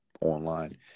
online